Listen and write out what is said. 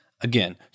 Again